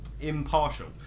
impartial